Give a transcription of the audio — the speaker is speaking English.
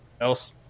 else